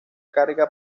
carga